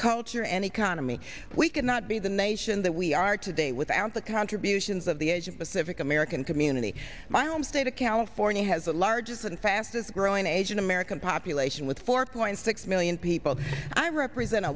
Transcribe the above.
culture and economy we cannot be the nation that we are today without the contributions of the asia pacific american community my home state of california has the largest and fastest growing asian american population with four point six million people i represent a